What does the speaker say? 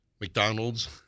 McDonald's